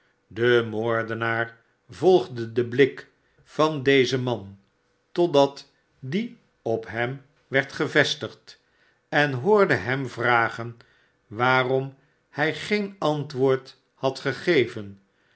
de moordenaar volgde den blik van dezen man totdat die op hem werd gevestigd en hoorde hem ragen waarom hij geen antwoord had gegeven